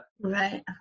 Right